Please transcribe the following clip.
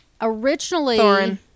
Originally